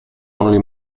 only